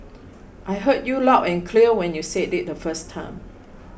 I heard you loud and clear when you said it the first time